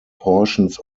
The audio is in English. portions